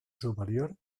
superior